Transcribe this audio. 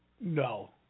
No